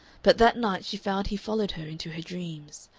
but that night she found he followed her into her dreams.